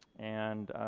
and